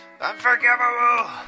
Unforgivable